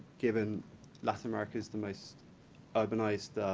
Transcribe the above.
given latin america's the most urbanized